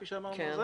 כפי שאמרנו.